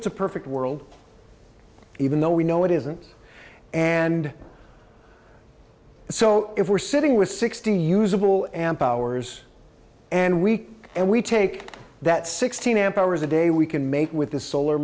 it's a perfect world even though we know it isn't and so if we're sitting with sixty usable amp hours and week and we take that sixteen amp hours a day we can make with the solar